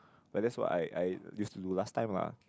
but that's why I I used to do last time ah